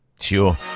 sure